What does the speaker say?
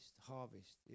harvest